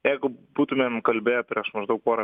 jeigu būtumėm kalbėję prieš maždaug porą